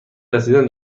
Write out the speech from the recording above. رسیدن